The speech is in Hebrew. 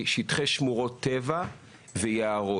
שטחי שמורות טבע ויערות.